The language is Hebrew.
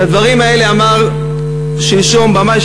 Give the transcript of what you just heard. את הדברים האלה אמר שלשום במאי,